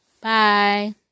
Bye